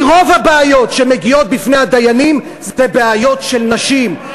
כי רוב הבעיות שמגיעות בפני הדיינים הן בעיות של נשים.